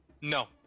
No